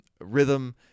rhythm